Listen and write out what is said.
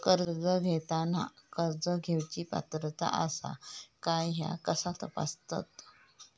कर्ज घेताना कर्ज घेवची पात्रता आसा काय ह्या कसा तपासतात?